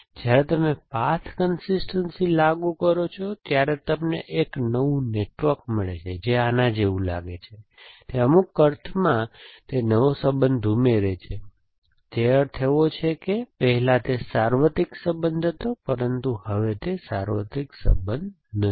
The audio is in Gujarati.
તેથી જ્યારે તમે પાથ કન્સિસ્ટનસી લાગુ કરો છો ત્યારે તમને એક નવું નેટવર્ક મળે છે તે આના જેવું લાગે છે તે અમુક અર્થમાં તે નવો સંબંધ ઉમેરે છે તે અર્થ એવો છે કે પહેલા તે સાર્વત્રિક સંબંધ હતો પરંતુ હવે તે સાર્વત્રિક સંબંધ નથી